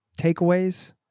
takeaways